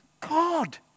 God